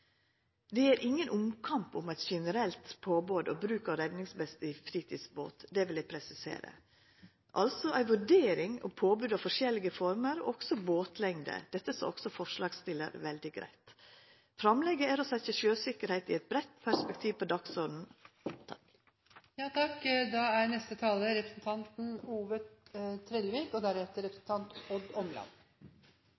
Det er ingen omkamp om eit generelt påbod om bruk av redningsvest i fritidsbåt. Det vil eg presisera. Det er altså ei vurdering av påbod i forskjellige former – også båtlengde. Dette sa også forslagsstillaren veldig greitt. Framlegget er å setja sjøsikkerheit i eit breitt perspektiv på